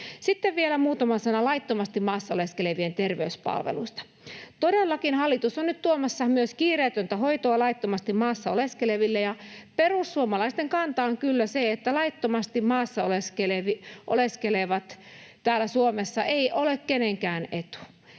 Sitten vielä muutama sana laittomasti maassa oleskelevien terveyspalveluista. Todellakin hallitus on nyt tuomassa myös kiireetöntä hoitoa laittomasti maassa oleskeleville, ja perussuomalaisten kanta on kyllä se, että laittomasti maassa oleskelevat täällä Suomessa eivät ole kenenkään etu.